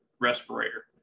respirator